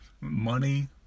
money